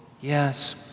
Yes